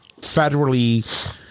federally